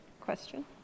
question